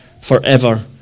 forever